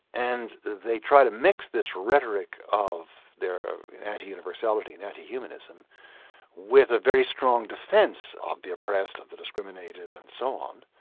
and they try to mix this rhetoric of their anti-universality, and anti-humanism with a very strong defence of the oppressed, of the discriminated and so on,